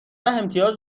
امتیاز